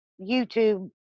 YouTube